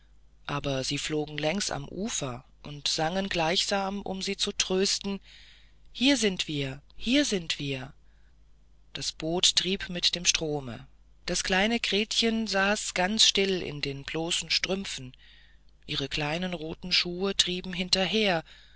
aber sie flogen längs dem ufer und sangen gleichsam um sie zu trösten hier sind wir hier sind wir das boot trieb mit dem strome das kleine gretchen saß ganz still in den bloßen strümpfen ihre kleinen roten schuhe trieben hinterher